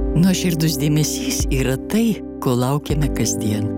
nuoširdus dėmesys yra tai ko laukiame kasdien